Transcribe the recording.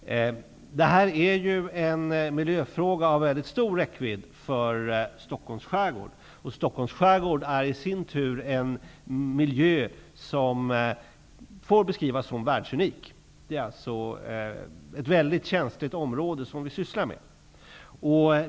Det här är en miljöfråga av mycket stor räckvidd för Stockholms skärgård. Stockholms skärgård är i sin tur en miljö som får beskrivas som världsunik. Vi sysslar således med ett mycket känsligt område.